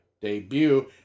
debut